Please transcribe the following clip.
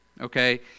okay